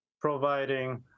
providing